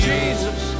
Jesus